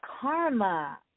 Karma